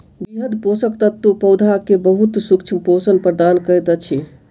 वृहद पोषक तत्व पौधा के बहुत सूक्ष्म पोषण प्रदान करैत अछि